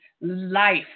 life